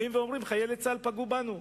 באים ואומרים: חיילי צה"ל פגעו בנו.